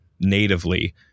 natively